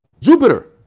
Jupiter